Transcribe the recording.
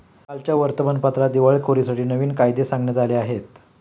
कालच्या वर्तमानपत्रात दिवाळखोरीसाठी नवीन कायदे सांगण्यात आले आहेत